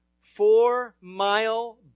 four-mile